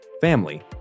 family